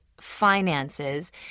finances